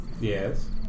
Yes